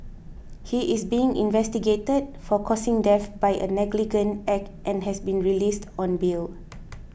he is being investigated for causing death by a negligent act and has been released on bail